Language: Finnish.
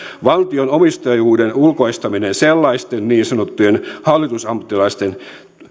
valtion omistajuuden ulkoistaminen sellaisten niin sanottujen hallitusammattilaisten